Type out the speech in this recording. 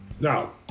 Now